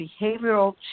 behavioral